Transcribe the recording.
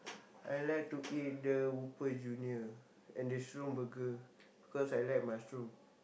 I like to eat the Whopper-Junior and the Shroom Burger because I like mushroom